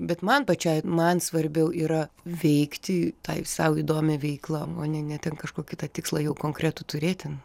bet man pačiai man svarbiau yra veikti tai sau įdomią veiklą o ne ne ten kažkokį tą tikslą jau konkretų turėti